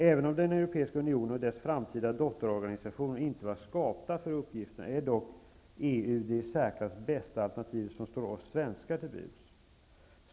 Även om Europeiska unionen och dess framtida dotterorganisationer inte var skapta för uppgiften, är dock Europeiska unionen det i särklass bästa alternativ som står oss svenskar till buds.